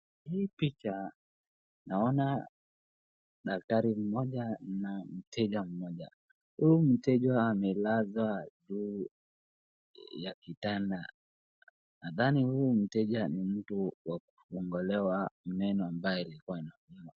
Daktari mmoja na mteja mmoja. Huu mteja amelaza juu ya kitanda. Nadhani huu mteja ni mtu wa kung`olewa meno ambaye ilikuwa inauma.